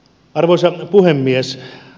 arvoisa puhemies